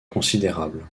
considérable